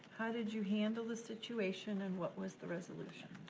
how did you handle the situation and what was the resolution?